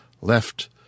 left